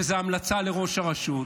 שזו המלצה לראש הרשות.